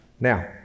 Now